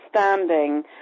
understanding